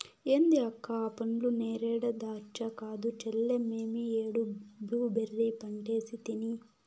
ఏంది అక్క ఆ పండ్లు నేరేడా దాచ్చా కాదు చెల్లే మేమీ ఏడు బ్లూబెర్రీ పంటేసితిని